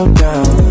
down